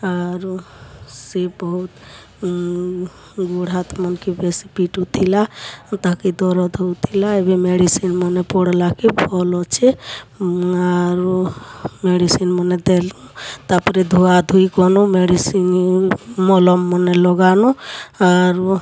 ଆରୁ ସେ ବହୁତ୍ ଗୋଡ଼୍ ହାତ୍ ମାନ୍କେ ବେଶୀ ପିଟୁ ଥିଲା ଓ ତା'କେ ଦରଦ୍ ହେଉଥିଲା ଏବେ ମେଡ଼ିସିନ୍ ମାନେ ପଡ଼୍ଲାକେ ଭଲ୍ ଅଛେ ଆରୁ ମେଡ଼ିସିନ୍ ମାନେ ଦେଲୁଁ ତା'ର୍ପରେ ଧୂଆଧୁଇ କଲୁଁ ମେଡ଼ିସିନ୍ ମଲମ୍ ମାନେ ଲଗାଲୁଁ ଆରୁ